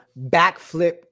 backflip